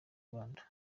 rwanda